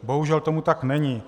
Bohužel tomu tak není.